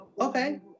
Okay